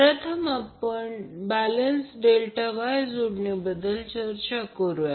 प्रथम आपण balance Y ∆ जोडणीबद्दल चर्चा करूया